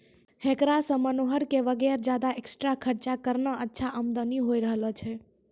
हेकरा सॅ मनोहर कॅ वगैर ज्यादा एक्स्ट्रा खर्च करनॅ अच्छा आमदनी होय रहलो छै